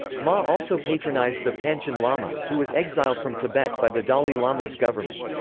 ma also patronized the panchen lama, who was exiled from tibet by the dalai lama's government.